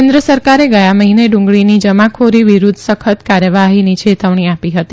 કેન્દ્ર સરકારે ગયા મહિને ડુંગળીની જમાખોરી વિરૂધ્ધ સખત કાર્યવાહીની ચેતવણી આપી હતી